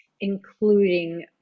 including